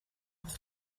pour